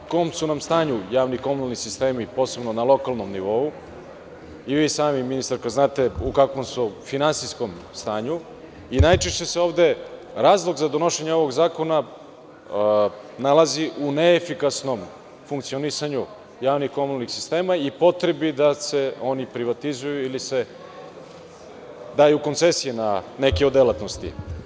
Mi znamo u kom su nam stanju javni komunalni sistemi, posebno na lokalnom nivou i vi sami, ministarka, znate u kakvom su finansijskom stanju i najčešće se ovde razlog za donošenje ovog zakona nalazi u neefikasnom funkcionisanju javnih komunalnih sistema i potrebi da se oni privatizuju ili se daju koncesije na neke od delatnosti.